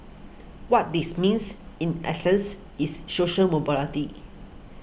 what this means in essence is social mobility